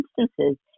instances